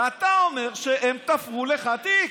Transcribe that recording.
ואתה אומר שהם תפרו לך תיק.